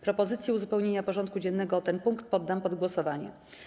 Propozycję uzupełnienia porządku dziennego o ten punkt poddam pod głosowanie.